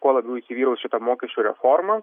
kuo labiau įsivyraus ši mokesčių reforma